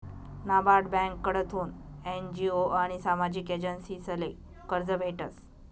नाबार्ड ब्यांककडथून एन.जी.ओ आनी सामाजिक एजन्सीसले कर्ज भेटस